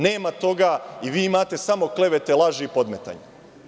Nema toga i vi imate samo klevete i laži i podmetanja.